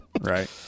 right